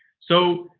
so,